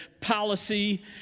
policy